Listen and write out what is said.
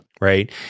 Right